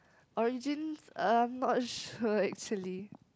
origins I'm not sure actually